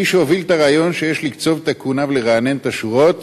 מי שהוביל את הרעיון שיש לקצוב את הכהונה ולרענן את השירות